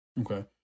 Okay